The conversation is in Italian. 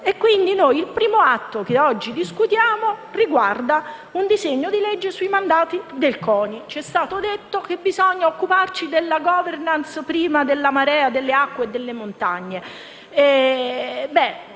il primo atto che oggi discutiamo riguarda un disegno di legge sui mandati del CONI. Ci è stato detto che bisogna occuparsi della *governance* prima della marea, delle acque e delle montagne.